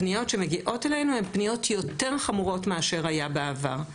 הפניות שמגיעות אלינו הן פניות יותר חמורות משהיו בעבר.